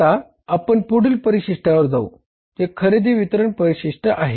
आता आपण पुढील परिशिष्टावर जाऊ जे खरेदी वितरण परिशिष्ट आहे